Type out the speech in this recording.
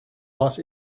what